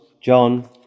John